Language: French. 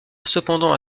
cependant